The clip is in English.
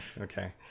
okay